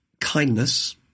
kindness